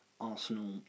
Arsenal